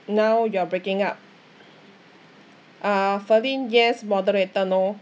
now you're breaking up uh ferline yes moderator no